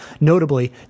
Notably